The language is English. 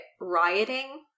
rioting